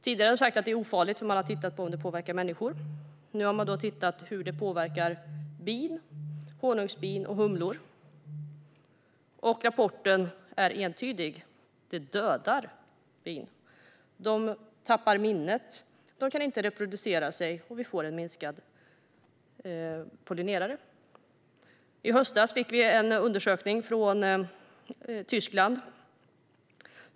Tidigare har det sagts att det är ofarligt eftersom man har tittat på om det påverkar människor. Nu har man tittat på hur medlet påverkar bin, honungsbin och humlor. Rapporten är entydig: Det dödar bin. De tappar minnet och kan inte reproducera sig, och det blir en minskad mängd pollinerare. I höstas kom en undersökning från Tyskland.